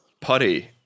Putty